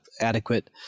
adequate